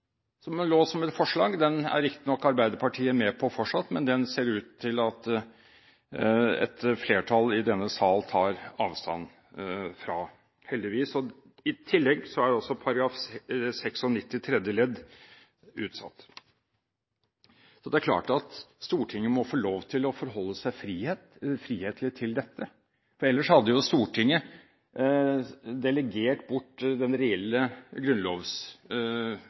som lå som et forslag, er riktignok Arbeiderpartiet med på fortsatt, men det ser ut til at et flertall i denne sal tar avstand fra den, heldigvis. I tillegg er altså § 96 tredje ledd utsatt. Så det er klart at Stortinget må få lov til å forholde seg frihetlig til dette, for ellers hadde jo Stortinget delegert bort den reelle